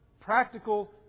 practical